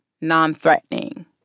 non-threatening